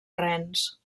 rens